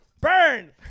Burn